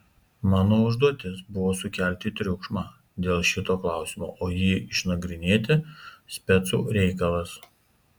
mano užduotis buvo sukelti triukšmą dėl šito klausimo o jį išnagrinėti specų reikalas